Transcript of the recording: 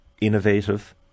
innovative